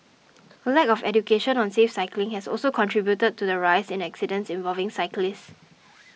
a lack of education on safe cycling has also contributed to the rise in accidents involving cyclists